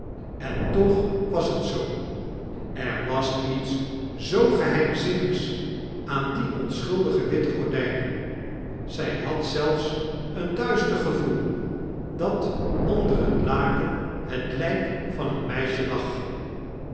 en toch was het zoo er was iets zoo geheimzinnigs aan die onschuldige witte gordpen zjj had zelfs een duister gevoel dat onder het laken het lijk van een meisje lag